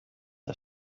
der